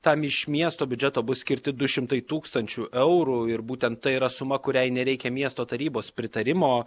tam iš miesto biudžeto bus skirti du šimtai tūkstančių eurų ir būtent tai yra suma kuriai nereikia miesto tarybos pritarimo